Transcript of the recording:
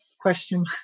question